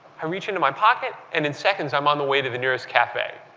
i reach into my pocket and in seconds i'm on the way to the nearest cafe,